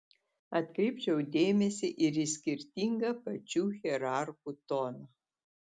atkreipčiau dėmesį ir į skirtingą pačių hierarchų toną